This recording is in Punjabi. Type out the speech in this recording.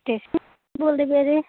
ਬੋਲਦੇ ਪਏ ਜੇ